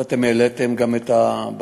ואתם העליתם גם את הבקשות,